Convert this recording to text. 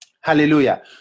hallelujah